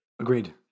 Agreed